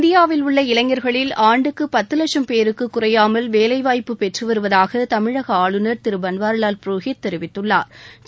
இந்தியாவில் உள்ள இளைஞர்களில் ஆண்டுக்கு பத்து லட்சம் பேருக்கு குறையாமல் வேலை வாய்ப்பு பெற்று வருவதாக தமிழக ஆளுநர் திரு பன்வாரிலால் புரோஹித் தெரிவித்துள்ளாா்